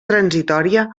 transitòria